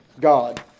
God